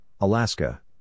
Alaska